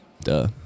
Duh